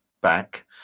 back